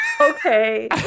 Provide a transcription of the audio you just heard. okay